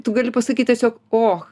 tu gali pasakyt tiesiog och